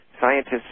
scientists